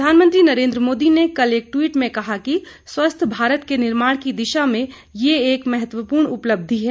प्रधानमंत्री नरेन्द्र मोदी ने कल एक ट्वीट में कहा कि स्वस्थ भारत के निर्माण की दिशा में यह एक महत्वपूर्ण उपलब्धि है